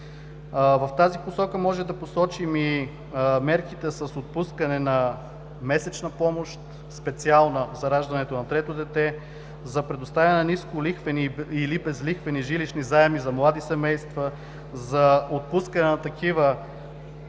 В тази посока може да посочим и мерките с отпускане на специална месечна помощ за раждането на трето дете; за предоставяне на нисколихвени или безлихвени жилищни заеми за млади семейства; за отпускане на такива